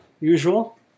usual